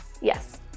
Yes